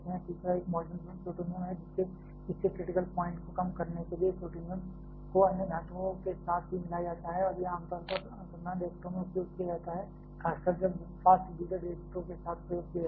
तीसरा एक molten plutonium है इसके क्रिटिकल प्वाइंट को कम करने के लिए प्लूटोनियम को अन्य धातुओं के साथ भी मिलाया जाता है और यह आमतौर पर अनुसंधान रिएक्टरों में उपयोग किया जाता है खासकर जब फास्ट ब्रीडर रिएक्टरों के साथ प्रयोग किया जाता है